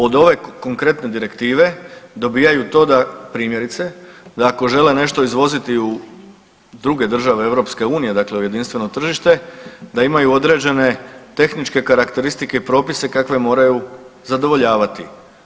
Od ove konkretne direktive dobijaju to da primjerice da ako žele nešto izvoziti u druge države EU dakle u jedinstveno tržište da imaju određene tehničke karakteristike i propise kakve moraju zadovoljavati.